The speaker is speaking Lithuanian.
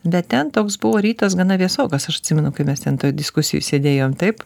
bet ten toks buvo rytas gana vėsokas aš atsimenu kai mes ten toj diskusijoj sėdėjom taip